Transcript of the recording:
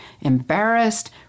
embarrassed